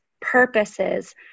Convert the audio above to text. purposes